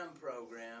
program